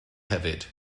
hefyd